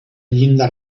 llinda